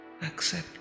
Accept